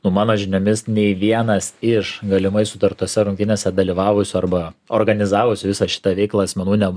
nu mano žiniomis nei vienas iš galimai sutartose rungtynėse dalyvavusių arba organizavusių visą šitą veiklą asmenų neb